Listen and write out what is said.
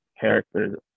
characters